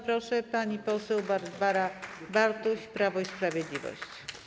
Bardzo proszę, pani poseł Barbara Bartuś, Prawo i Sprawiedliwość.